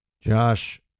Josh